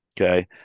Okay